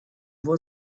вот